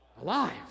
alive